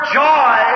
joy